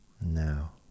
Now